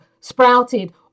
sprouted